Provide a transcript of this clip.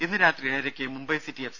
ഇന്ന് രാത്രി ഏഴരയ്ക്ക് മുംബൈ സിറ്റി എഫ്